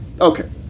Okay